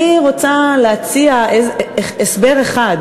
אני רוצה להציע הסבר אחד.